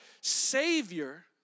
savior